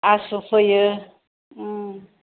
आसु फोयो उम